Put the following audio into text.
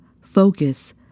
Focus